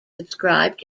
subscribed